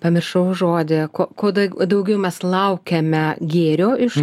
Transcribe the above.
pamiršau žodį kuo kuo d daugiau mes laukiame gėrio iš